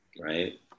right